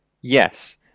Yes